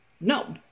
no